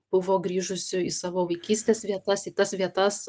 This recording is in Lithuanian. buvo grįžusių į savo vaikystės vietas į tas vietas